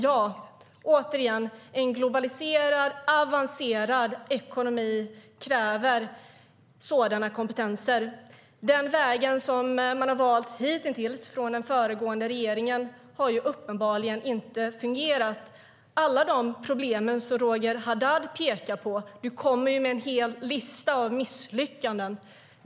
Ja, återigen: En globaliserad och avancerad ekonomi kräver sådana kompetenser. Den väg som man har valt från den föregående regeringens sida har uppenbarligen inte fungerat. Jag tänker på alla de problem som du, Roger Haddad, pekar på - du kommer med en hel lista av misslyckanden.